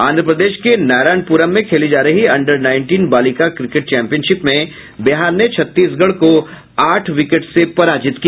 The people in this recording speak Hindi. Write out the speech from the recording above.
आंध्र प्रदेश के नारायणपुरम में खेली जा रही अंडर नाईंटीन बालिका क्रिकेट चैंपियनशिप में बिहार ने छत्तीसगढ़ को आठ विकेट से पराजित किया